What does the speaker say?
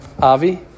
Avi